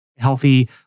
healthy